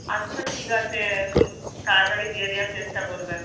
আচ্ছা ঠিক আছে তাড়াতাড়ি দিয়ে দেওয়ার চেষ্টা করবেন